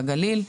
בגליל,